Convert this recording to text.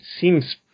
seems